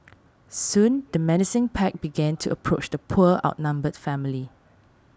soon the menacing pack began to approach the poor outnumbered family